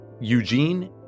Eugene